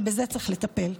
ובזה צריך לטפל.